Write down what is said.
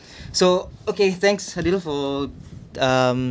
so okay thanks a little for um